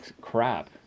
crap